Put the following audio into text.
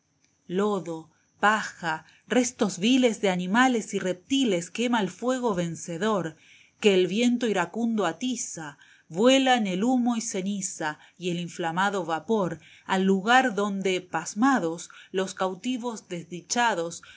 lodo paja restos viles de animales y reptiles quema el fuego vencedor que el viento iracundo atiza vuelan el humo y ceniza y el inflamado vapor al lugar donde pasmados los cautivos desdichados